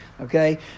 okay